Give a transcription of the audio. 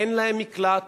אין להם מקלט,